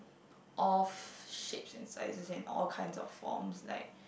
of shapes and sizes and all kinds of forms like